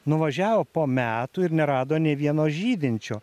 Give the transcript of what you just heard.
nuvažiavo po metų ir nerado nei vieno žydinčio